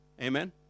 amen